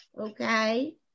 Okay